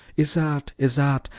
isarte, isarte,